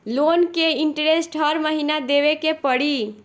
Loan के interest हर महीना देवे के पड़ी?